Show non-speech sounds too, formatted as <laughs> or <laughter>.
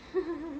<laughs>